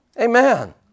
Amen